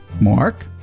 Mark